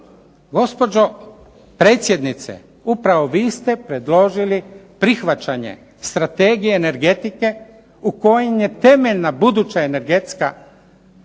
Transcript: Gospođo predsjednice upravo vi ste predložili prihvaćanje Strategije energetike u kojim je temeljna buduća energetska, izvor